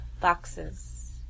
Boxes